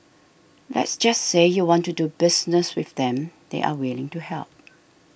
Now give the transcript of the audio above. let's just say you want to do business with them they're willing to help